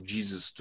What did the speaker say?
Jesus